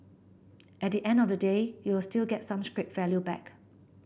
at the end of the day you'll still get some scrap value back